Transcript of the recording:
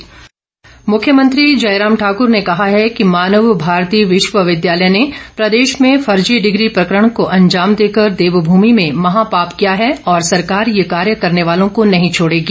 फर्जी डिग्री मामला मुख्यमंत्री जयराम ठाकुर ने कहा है कि मानव भारती विश्वविद्यालय ने प्रदेश में फर्जी डिग्री प्रकरण को अंजाम देकर देवमूमि में महापाप किया है और सरकार ये कार्य करने वालों को नहीं छोड़ेगी